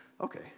Okay